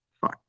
fine